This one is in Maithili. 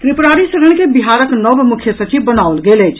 त्रिपुरारि शरण के बिहारक नव मुख्य सचिव बनाओल गेल अछि